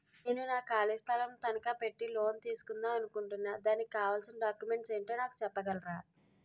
నేను నా ఖాళీ స్థలం ను తనకా పెట్టి లోన్ తీసుకుందాం అనుకుంటున్నా దానికి కావాల్సిన డాక్యుమెంట్స్ ఏంటో నాకు చెప్పగలరా?